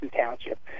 township